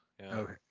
Okay